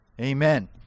Amen